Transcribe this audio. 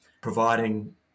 providing